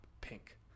pink